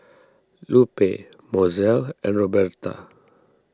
Lupe Mozell and Roberta